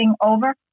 Over